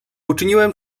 uczyniłem